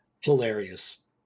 Hilarious